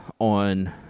on